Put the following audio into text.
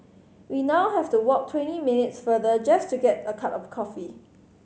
we now have to walk twenty minutes farther just to get a cup of coffee